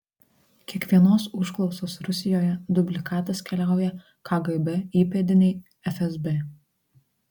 kiekvienos užklausos rusijoje dublikatas keliauja kgb įpėdinei fsb